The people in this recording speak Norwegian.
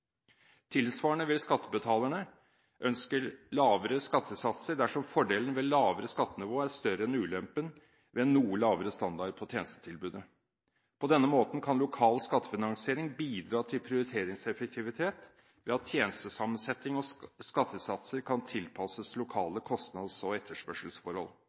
Tilsvarende vil skattebetalerne ønske lavere skattesatser dersom fordelen ved lavere skattenivå er større enn ulempen ved en noe lavere standard på tjenestetilbudet. På denne måten kan lokal skattefinansiering bidra til prioriteringseffektivitet ved at tjenestesammensetning og skattesatser kan tilpasses lokale kostnads- og etterspørselsforhold.